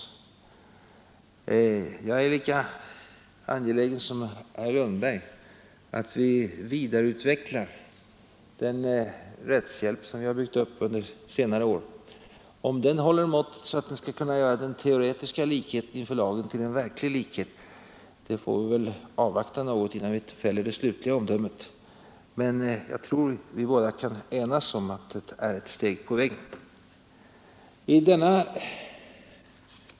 Jag är lika angelägen som herr Lundberg om att vi vidareutvecklar den rättshjälp som vi har byggt upp under senare år. Om den håller måttet så att den kan göra den teoretiska likheten inför lagen till en verklig likhet får vi väl vänta med att fälla det slutliga omdömet om, men jag tror att vi båda kan enas om att den är ett steg på vägen.